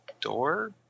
door